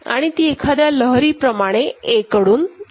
आणि ती एखाद्या लहरीप्रमाणे A कडून येते